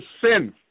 sin